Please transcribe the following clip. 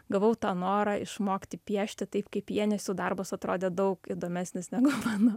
gavau tą norą išmokti piešti taip kaip jie nes jų darbas atrodė daug įdomesnis negu mano